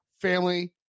family